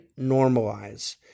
normalize